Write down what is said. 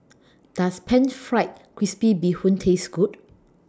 Does Pan Fried Crispy Bee Hoon Taste Good